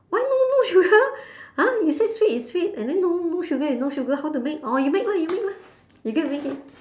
why no no sugar !huh! you say sweet is sweet and then no no sugar and no sugar how to make you make lah you make lah you go and make it